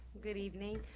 good evening,